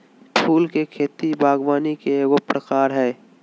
फूल के खेती बागवानी के एगो प्रकार हइ